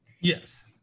Yes